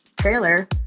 Trailer